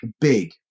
big